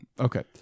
Okay